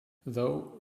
though